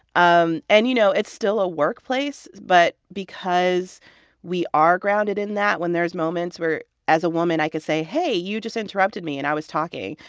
um and, you know, it's still a work place. but because we are grounded in that, when there's moments where as a woman i could say, hey, you just interrupted me and i was talking,